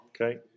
Okay